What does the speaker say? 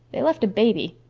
they left a baby.